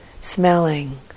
smelling